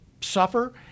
suffer